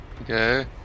Okay